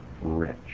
Rich